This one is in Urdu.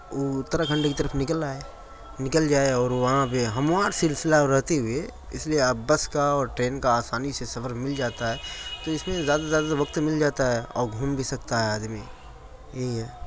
اتراکھنڈ کی طرف نکل رہا ہے نکل جائے اور وہاں پہ ہموار سلسلہ رہتے ہوئے اس لیے اب بس کا اور ٹرین کا آسانی سے سفر مل جاتا ہے تو اس میں زیادہ سے زیادہ سے زیادہ وقت مل جاتا ہے اور گھوم بھی سکتا ہے آدمی یہی ہے